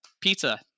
pizza